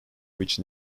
which